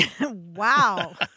Wow